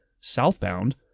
southbound